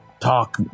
talk